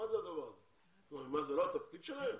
זה לא התפקיד שלהם?